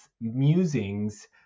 musings